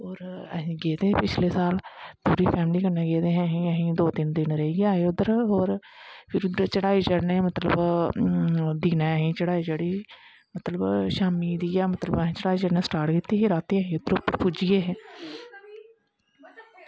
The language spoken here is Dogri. और अस गेदे हे पिछले साल अस पूरी फैमली कन्नै गेदे हे अस पूरी फैमली कन्नैं रेहीइयै आए उध्दर फिर उध्दर असैं चढ़ाई मतलव दिनैं असैं चढ़ाई चढ़ी मतलव शाम्मी असैं चढ़ाई चढ़ना स्टार्ट कीती ही राती अस इध्दर उप्पर पुज्जी गे हे